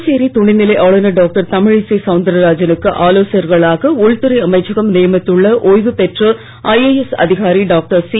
புதுச்சேரி துணைநிலை ஆளுநர் டாக்டர் தமிழிசை சவுந்தராஜனுக்கு ஆலோசகர்களாக உள்துறை அமைச்சகம் நியமித்துள்ள ஓய்வு பெற்ற ஐஏஎஸ் அதிகாரி டாக்டர் சி